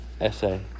essay